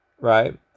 Right